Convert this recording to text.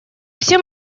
все